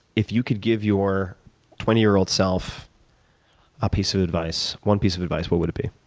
if you could give your twenty year old self a piece of advice one piece of advice what would it be?